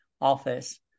office